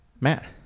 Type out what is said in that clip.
Matt